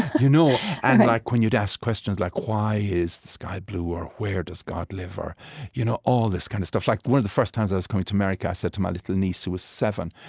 you know and like when you'd ask questions like why is the sky blue? or where does god live? or you know all this kind of stuff like one of the first times i was coming to america, i said to my little niece, who was seven,